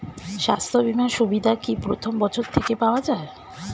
স্বাস্থ্য বীমার সুবিধা কি প্রথম বছর থেকে পাওয়া যায়?